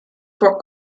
for